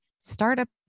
Startup